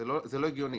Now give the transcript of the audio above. זה לא הגיוני,